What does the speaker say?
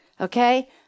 Okay